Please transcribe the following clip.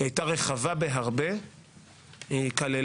היא הייתה רחבה בהרבה,